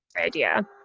idea